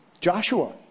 Joshua